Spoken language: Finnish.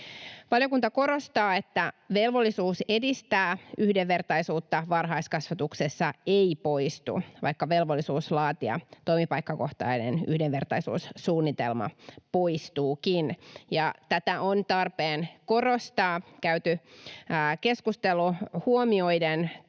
Valiokunta korostaa, että velvollisuus edistää yhdenvertaisuutta varhaiskasvatuksessa ei poistu, vaikka velvollisuus laatia toimipaikkakohtainen yhdenvertaisuussuunnitelma poistuukin, ja tätä on tarpeen korostaa käyty keskustelu huomioiden.